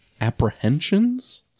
Apprehensions